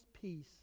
peace